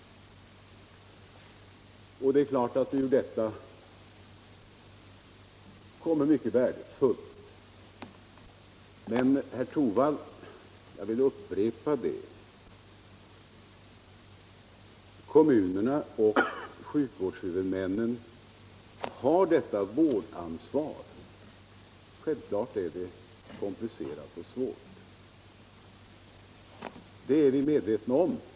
Det är klart att ur detta kommer mycket värdefullt. Men, herr Torwald, jag vill upprepa att kommunerna och sjukvårdshuvudmännen har detta vårdansvar. Självfallet är det komplicerat och svårt, det är vi medvetna om.